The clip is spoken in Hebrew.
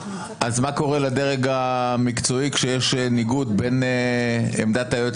מה קורה לדרג המקצועי כשיש ניגוד בין עמדת הייעוץ